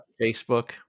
Facebook